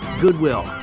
Goodwill